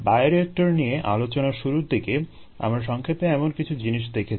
bioreactor নিয়ে আলোচনার শুরুর দিকে আমরা সংক্ষেপে এমন কিছু জিনিস দেখেছি